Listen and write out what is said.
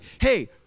Hey